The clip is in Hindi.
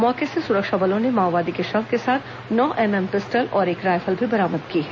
मौके से सुरक्षा बलों ने माओवादी के शव के साथ नौ एमएम पिस्टल और एक रायफल भी बरामद की है